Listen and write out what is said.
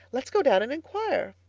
let us go down and inquire.